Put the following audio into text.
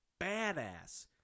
badass